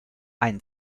ein